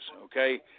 Okay